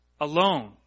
alone